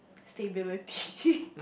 stability